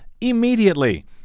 immediately